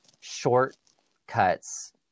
shortcuts